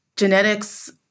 Genetics